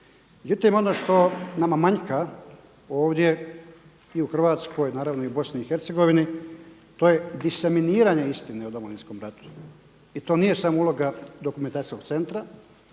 Međutim, ono što nama manjka ovdje i u Hrvatskoj a naravno i u BIH to je diseminiranje istine o Domovinskom ratu i to nije samo uloga dokumentacijskog centra